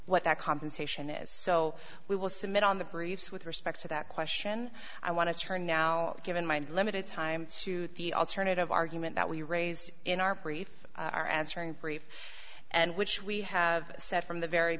what that compensation is so we will submit on the briefs with respect to that question i want to turn now given my limited time to the alternative argument that we raised in our brief our answering brief and which we have said from the very